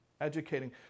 educating